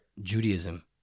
Judaism